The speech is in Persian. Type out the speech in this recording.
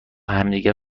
همدیگر